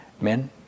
men